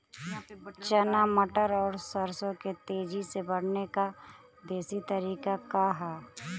चना मटर और सरसों के तेजी से बढ़ने क देशी तरीका का ह?